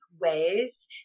ways